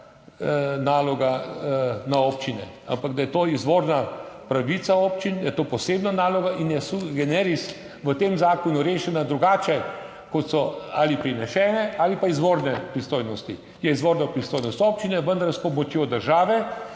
naloga na občine, ampak da je to izvorna pravica občin, da je to posebna naloga in je sui generis v tem zakonu rešena drugače kot so ali prinesene ali pa izvorne pristojnosti je izvorna pristojnost občine, vendar s pomočjo države,